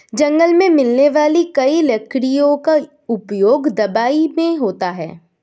जंगल मे मिलने वाली कई लकड़ियों का उपयोग दवाई मे होता है